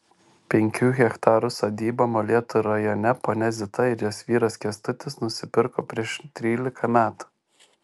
penkių hektarų sodybą molėtų rajone ponia zita ir jos vyras kęstutis nusipirko prieš trylika metų